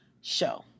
show